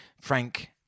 Frank